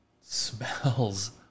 smells